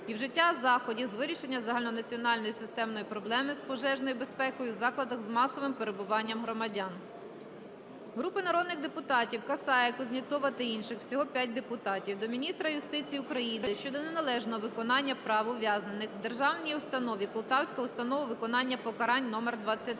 і вжиття заходів з вирішення загальнонаціональної системної проблеми з пожежною безпекою в закладах з масовим перебуванням громадян. Групи народних депутатів (Касая, Кузнєцова та інших; всього 5 депутатів) до міністра юстиції України щодо неналежного виконання прав ув'язнених в Державній Установі "Полтавська установа виконання покарань (№23)".